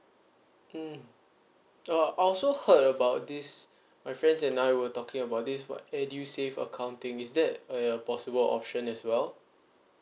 mm oh I also heard about this my friends and I were talking about this what edusave account thing is that a possible option as well